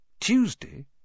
Tuesday